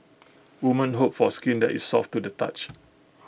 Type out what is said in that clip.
women hope for skin that is soft to the touch